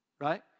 Right